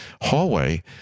hallway